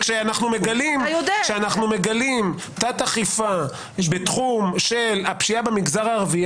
וכשאנחנו מגלים תת אכיפה בתחום של הפשיעה במגזר הערבי,